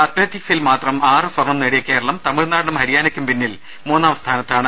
Atleti ക്സിൽ മാത്രം ആറു സ്വർണ്ണം നേടിയ കേരളം തമിഴ്നാടിനും ഹരിയാ നയ്ക്കും പിന്നിൽ മൂന്നാം സ്ഥാനത്താണ്